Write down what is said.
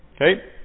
Okay